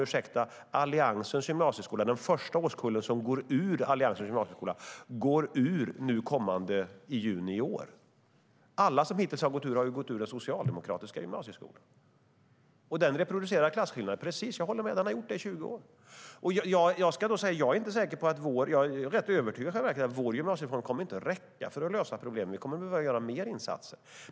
Ursäkta mig, men den första årskullen går ut Alliansens gymnasieskola i juni i år. Alla som gått ut hittills har gått i den socialdemokratiska gymnasieskolan. Den reproducerar klasskillnader. Jag håller med om det. Det har den gjort i 20 år. Jag är rätt övertygad om att vår gymnasiereform inte kommer att räcka för att lösa problemen. Vi kommer att behöva göra fler insatser.